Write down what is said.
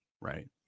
Right